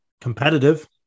competitive